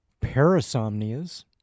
Parasomnias